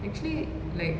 actually like